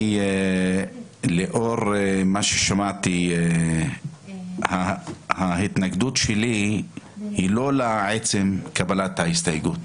לאור מה ששמעתי ההתנגדות שלי היא לא לעצם קבלת ההסתייגות,